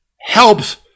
helps